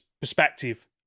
perspective